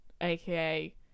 AKA